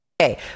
okay